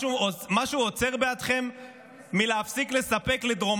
משהו עוצר בעדכם מלהפסיק לספק לדרום